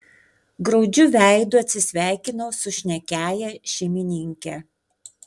graudžiu veidu atsisveikinau su šnekiąja šeimininke